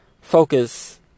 focus